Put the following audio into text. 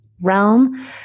realm